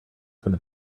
from